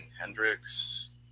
hendrix